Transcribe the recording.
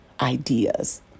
ideas